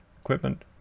Equipment